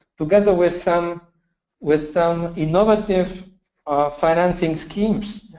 together with some with some innovative financing schemes.